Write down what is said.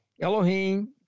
Elohim